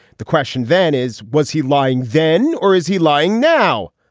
the question then is was he lying then or is he lying now.